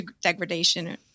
degradation